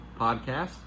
podcast